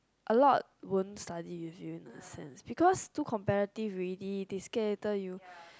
a lot won't study with you in person because too comparative already they scared you